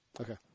Okay